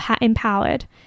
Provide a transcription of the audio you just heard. empowered